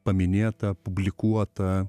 paminėtą publikuotą